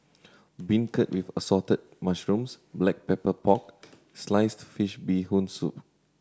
beancurd with Assorted Mushrooms Black Pepper Pork sliced fish Bee Hoon Soup